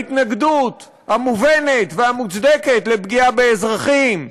בהתנגדות המובנת והמוצדקת לפגיעה באזרחים.